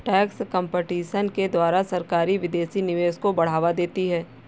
tax competition के द्वारा सरकारी विदेशी निवेश को बढ़ावा देती है